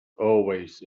always